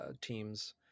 teams